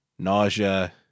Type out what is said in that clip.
nausea